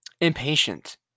impatient